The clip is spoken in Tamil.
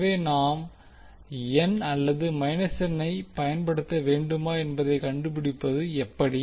எனவே நாம் n அல்லது n ஐப் பயன்படுத்த வேண்டுமா என்பதைக் கண்டுபிடிப்பது எப்படி